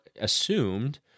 assumed